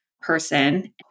person